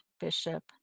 Bishop